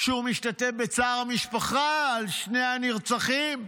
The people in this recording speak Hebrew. שהוא משתתף בצער המשפחה על שני הנרצחים.